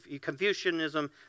Confucianism